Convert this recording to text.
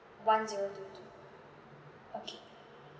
one zero two two okay